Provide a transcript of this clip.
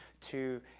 to,